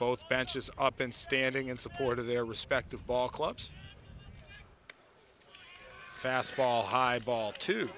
both benches up and standing in support of their respective ball clubs fastball high ball to